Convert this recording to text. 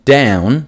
down